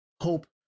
hope